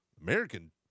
american